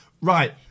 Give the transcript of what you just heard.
Right